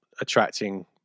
attracting